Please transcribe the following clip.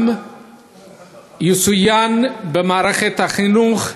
היום יצוין גם במערכת החינוך,